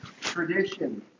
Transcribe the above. tradition